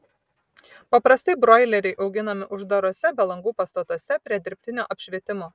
paprastai broileriai auginami uždaruose be langų pastatuose prie dirbtinio apšvietimo